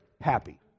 happy